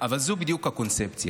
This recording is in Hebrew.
אבל זאת בדיוק הקונספציה,